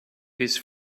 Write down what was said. this